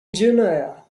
genoa